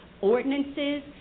ordinances